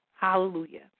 hallelujah